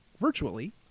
virtually